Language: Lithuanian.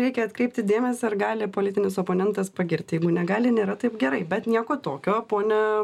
reikia atkreipti dėmesį ar gali politinis oponentas pagirt jeigu negali nėra taip gerai bet nieko tokio pone